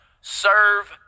Serve